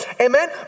amen